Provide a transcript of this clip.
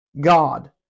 God